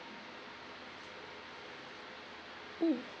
mm